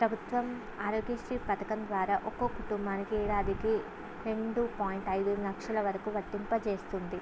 ప్రభుత్వం ఆరోగ్య శ్రీ పథకం ద్వారా ఒక్కో కుటుంబానికి ఏడాదికి రెండు పాయింట్ ఐదు లక్షల వరకు వర్తింప చేస్తుంది